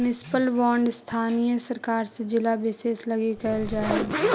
municipal bond स्थानीय सरकार से जिला विशेष लगी कैल जा हइ